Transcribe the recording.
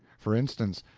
for instance,